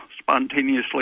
spontaneously